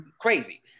Crazy